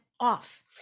off